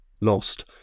lost